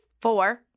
four